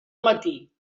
matí